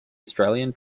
australian